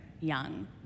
young